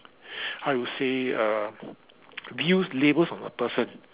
how you say uh abuse labels of a person